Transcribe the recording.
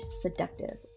seductive